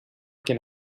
can